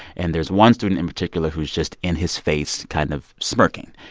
and there's one student in particular who's just in his face kind of smirking.